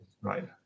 right